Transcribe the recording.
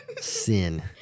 sin